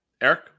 Eric